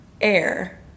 air